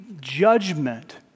judgment